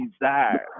desire